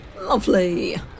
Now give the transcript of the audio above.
Lovely